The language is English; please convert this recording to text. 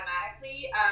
automatically